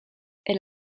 elle